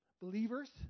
Believers